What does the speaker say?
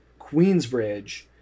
Queensbridge